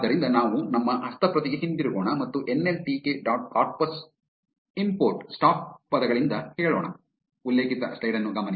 ಆದ್ದರಿಂದ ನಾವು ನಮ್ಮ ಹಸ್ತಪ್ರತಿಗೆ ಹಿಂತಿರುಗೋಣ ಮತ್ತು N L T K dot corpus import stop ಪದಗಳಿಂದ ಹೇಳೋಣ